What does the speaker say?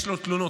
יש לו תלונות.